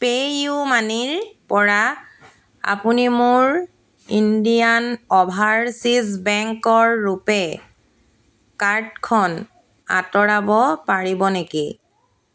পেইউমানিৰপৰা আপুনি মোৰ Indian overseas বেংকৰ ৰুপে কাৰ্ডখন আঁতৰাব পাৰিব নেকি